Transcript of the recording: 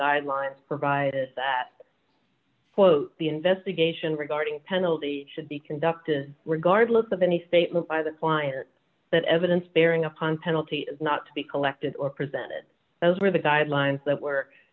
guidelines provided that quote the investigation regarding penalty should be conducted regardless of any statement by the client that evidence bearing upon penalty is not to be collected or presented those were the guidelines that